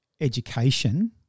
education